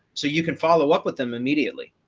so you can follow up with them immediately.